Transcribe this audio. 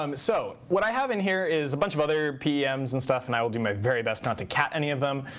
um so what i have in here is a bunch of other ah pms and stuff and i will do my very best not to cat any of them.